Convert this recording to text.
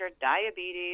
diabetes